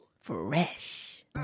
Fresh